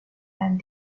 and